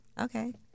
Okay